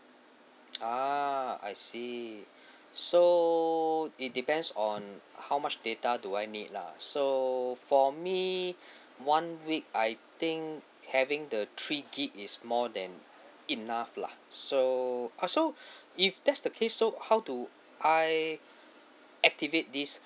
ah I see so it depends on how much data do I need lah so for me one week I think having the three gig is more than enough lah so uh so if that's the case so how to I activate this